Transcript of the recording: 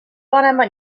panema